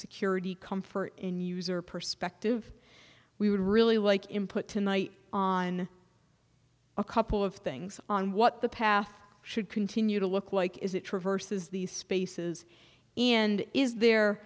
security comfort in user perspective we would really like input tonight on a couple of things on what the path should continue to look like is it traverses these spaces and is there